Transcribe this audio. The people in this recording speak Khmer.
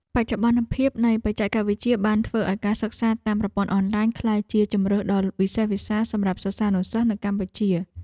បច្ចុប្បន្នភាពនៃបច្ចេកវិទ្យាបានធ្វើឱ្យការសិក្សាតាមប្រព័ន្ធអនឡាញក្លាយជាជម្រើសដ៏វិសេសវិសាលសម្រាប់សិស្សានុសិស្សនៅកម្ពុជា។